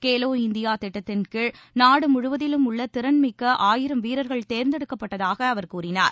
Khelo India திட்டத்தின் கீழ் நாடு முழுவதிலும் உள்ள திறன்மிக்க ஆயிரம் வீரர்கள் தேர்ந்தெடுக்கப்பட்டதாக அவர் கூறினார்